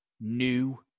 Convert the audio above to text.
new